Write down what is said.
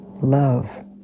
Love